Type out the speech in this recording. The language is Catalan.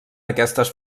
aquestes